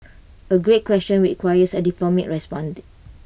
A great question which requires A diplomatic response